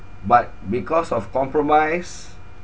but because of compromise